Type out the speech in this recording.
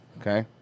okay